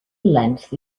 length